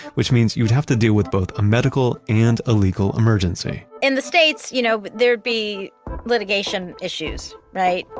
which means you would have to deal with both a medical and a legal emergency in the states, you know, there would be litigation issues, right.